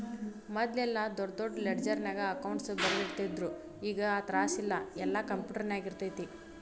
ಮದ್ಲೆಲ್ಲಾ ದೊಡ್ ದೊಡ್ ಲೆಡ್ಜರ್ನ್ಯಾಗ ಅಕೌಂಟ್ಸ್ ಬರ್ದಿಟ್ಟಿರ್ತಿದ್ರು ಈಗ್ ಆ ತ್ರಾಸಿಲ್ಲಾ ಯೆಲ್ಲಾ ಕ್ಂಪ್ಯುಟರ್ನ್ಯಾಗಿರ್ತೆತಿ